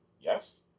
Yes